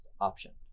option